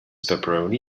pepperoni